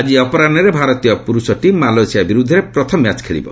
ଆଜି ଅପରାହୁରେ ଭାରତୀୟ ପୁରୁଷ ଟିମ୍ ମାଲେସିଆ ବିରୋଧରେ ପ୍ରଥମ ମ୍ୟାଚ୍ ଖେଳିବ